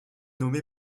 nommé